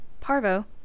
parvo